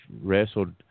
wrestled